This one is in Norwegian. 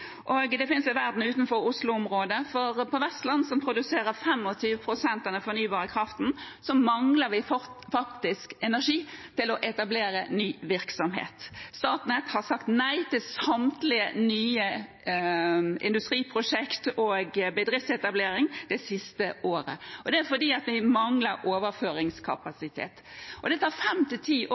Det fins en verden utenfor Oslo-området. Vestland, som produserer 25 pst. av den fornybare kraften, mangler faktisk energi til å etablere ny virksomhet. Statnett har sagt nei til samtlige nye industriprosjekter og bedriftsetableringer det siste året fordi de mangler overføringskapasitet. Det tar fem–ti år å bygge ut, og da hadde det